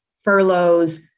furloughs